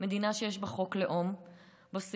מדינה שיש בה חוק לאום שבו סעיף,